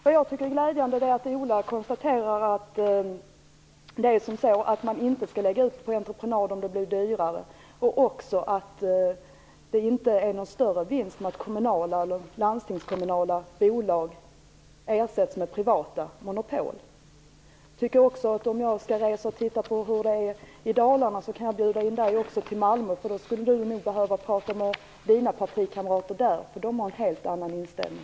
Det är glädjande att Ola Karlsson konstaterar att man inte skall lägga ut saker på entreprenad om det därmed blir dyrare, liksom att det inte är någon större vinst att kommunala eller landstingskommunala bolag ersätts med privata monopol. Om nu jag skall titta på hur det är i Dalarna kan jag väl få bjuda Ola Karlsson till Malmö så att han kan se hur det är där. Ola Karlsson skulle nog behöva prata med sina partikamrater i Malmö, för de har en helt annan inställning.